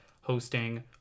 hosting